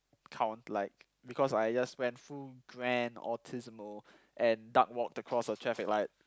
count like because I just went full grand and duck walk across a traffic light